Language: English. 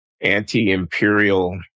anti-imperial